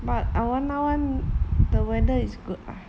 but awana [one] the weather is good ah